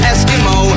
Eskimo